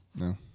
No